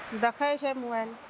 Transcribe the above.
देखै छै मोबाइल